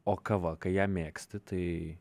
o kava kai ją mėgsti tai